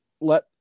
let